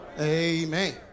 Amen